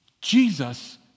Jesus